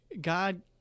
God